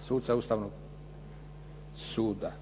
suca Ustavnog suda.